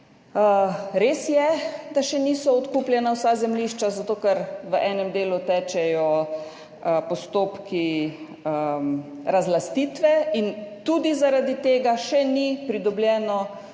Res je, da še niso odkupljena vsa zemljišča, zato ker v enem delu tečejo postopki razlastitve, in tudi zaradi tega še ni pridobljeno